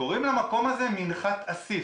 קוראים למקום הזה "מנחת אסיף".